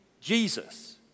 Jesus